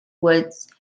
woods